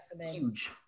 huge